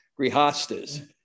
grihastas